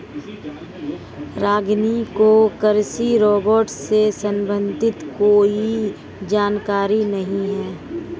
रागिनी को कृषि रोबोट से संबंधित कोई जानकारी नहीं है